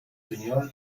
señor